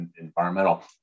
environmental